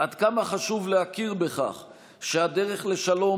עד כמה חשוב להכיר בכך שהדרך לשלום